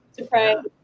Surprise